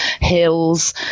hills